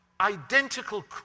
identical